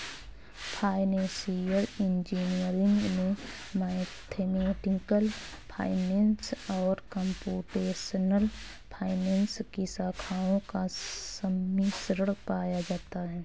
financial engineering में mathematical finance और computational finance की शाखाओं का सम्मिश्रण पाया जाता है